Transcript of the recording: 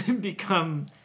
become